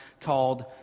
called